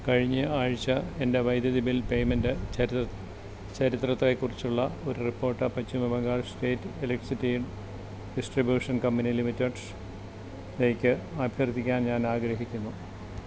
കഴിഞ്ഞ ആഴ്ച്ച എന്റെ വൈദ്യുതി ബിൽ പേയ്മെൻറ് ചരിത്ര ചരിത്രത്തെക്കുറിച്ചുള്ള ഒരു report Paschim Bengal state electricity distribution company ലിമിറ്റഡിലേക്ക് അഭ്യർത്ഥിക്കാൻ ഞാൻ ആഗ്രഹിക്കുന്നു